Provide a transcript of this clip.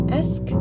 ask